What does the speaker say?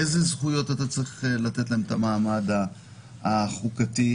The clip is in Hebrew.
איזה זכויות צריכות לקבל מעמד חוקתי,